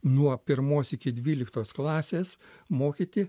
nuo pirmos iki dvyliktos klasės mokyti